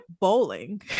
bowling